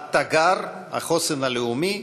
התגר, החוסן הלאומי,